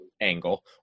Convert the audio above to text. angle